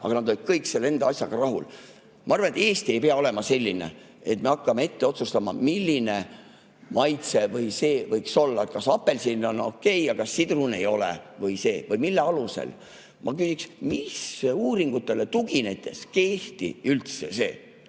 aga nad kõik olid selle enda asjaga rahul. Ma arvan, et Eesti ei pea olema selline, et meie hakkame otsustama, millised maitsed võiks olla, et kas apelsin on okei ja sidrun ei ole. Mille alusel? Ma küsin: mis uuringutele tuginedes kehtestati üldse see